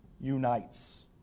unites